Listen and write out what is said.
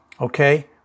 okay